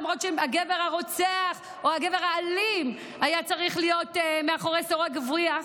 למרות שהגבר הרוצח או הגבר האלים היה צריך להיות מאחורי סורג ובריח,